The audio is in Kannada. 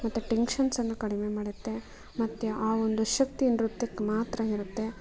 ಮತ್ತೆ ಟೆಂಕ್ಶನ್ಸನ್ನು ಕಡಿಮೆ ಮಾಡುತ್ತೆ ಮತ್ತೆ ಆ ಒಂದು ಶಕ್ತಿ ನೃತ್ಯಕ್ಕೆ ಮಾತ್ರ ಇರುತ್ತೆ